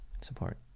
support